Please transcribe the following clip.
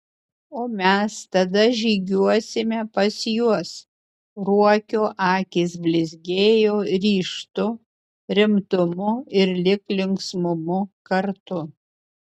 o mes tada žygiuosime pas juos ruokio akys blizgėjo ryžtu rimtumu ir lyg linksmumu kartu